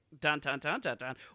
dun-dun-dun-dun-dun